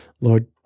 Lord